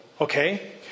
okay